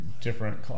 different